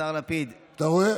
השר לפיד, לפני כן